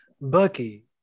Bucky